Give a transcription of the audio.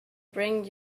bring